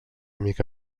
mica